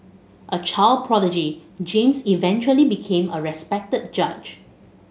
a child prodigy James eventually became a respected judge